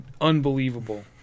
unbelievable